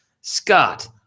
Scott